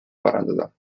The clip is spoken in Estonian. parandada